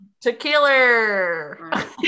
Tequila